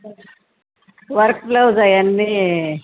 work blouse ఆవి అన్నీ